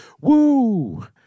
woo